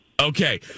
Okay